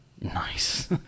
Nice